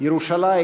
ירושלים